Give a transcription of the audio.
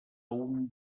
uns